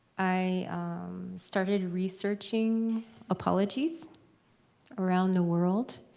i started researching apologies around the world,